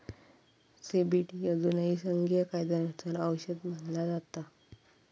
CBD अजूनही संघीय कायद्यानुसार औषध मानला जाता